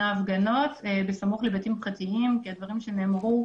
הפגנות בסמוך לבתים פרטיים כי הבתים שנאמרו